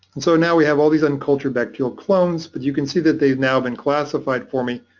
so now we have all these uncultured bacterial clones, but you can see that they've now been classified for me,